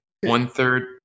one-third